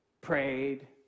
prayed